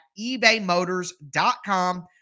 ebaymotors.com